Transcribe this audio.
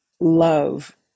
love